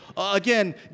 Again